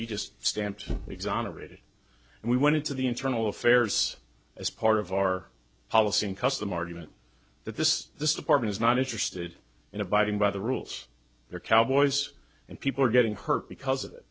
he just stamped exonerated and we went into the internal affairs as part of our policy in custom argument that this this department is not interested in abiding by the rules they're cowboys and people are getting hurt because of it